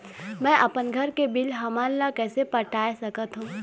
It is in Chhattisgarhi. मैं अपन घर के बिल हमन ला कैसे पटाए सकत हो?